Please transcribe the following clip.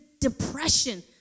depression